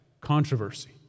controversy